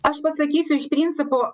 aš pasakysiu iš principo